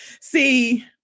see